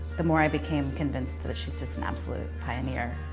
the more i became convinced that she's just an absolute pioneer.